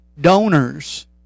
donors